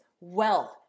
wealth